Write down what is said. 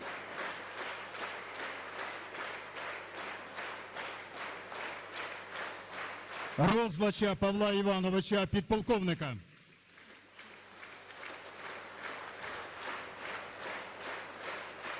Розлача Павла Івановича – підполковника